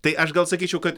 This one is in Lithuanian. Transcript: tai aš gal sakyčiau kad